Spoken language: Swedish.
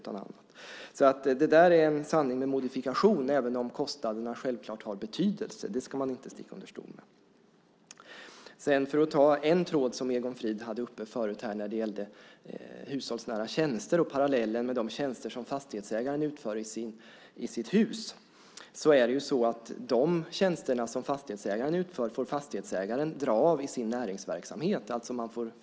Detta är alltså en sanning med modifikation, även om kostnaderna självklart har betydelse - det ska man inte sticka under stol med. Jag ska ta upp en tråd som Egon Frid hade uppe här förut när det gällde hushållsnära tjänster och parallellen med de tjänster som fastighetsägaren utför i sitt hus. De tjänster som fastighetsägaren utför får han eller hon dra av i sin näringsverksamhet.